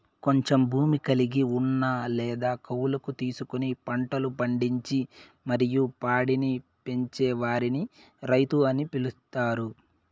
కొంచెం భూమి కలిగి ఉన్న లేదా కౌలుకు తీసుకొని పంటలు పండించి మరియు పాడిని పెంచే వారిని రైతు అని పిలుత్తారు